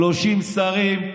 30 שרים,